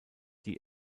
die